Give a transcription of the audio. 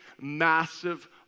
massive